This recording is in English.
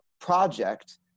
project